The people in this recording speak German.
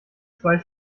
zwei